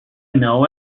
know